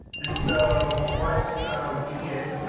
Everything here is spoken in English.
and so what we did,